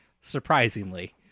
surprisingly